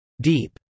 deep